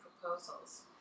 proposals